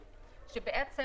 שבעצם,